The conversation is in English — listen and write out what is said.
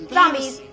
Zombies